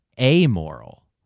amoral